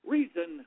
Reason